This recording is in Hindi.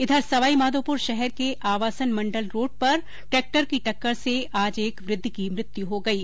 इधर सवाईमाधोपुर शहर के आवासन मंडल रोड पर ट्रेक्टर की टक्कर से आज एक वृद्ध की मृत्यु हो गयी